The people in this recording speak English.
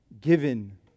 given